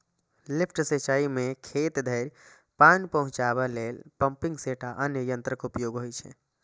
lift सिंचाइ मे खेत धरि पानि पहुंचाबै लेल पंपिंग सेट आ अन्य यंत्रक उपयोग होइ छै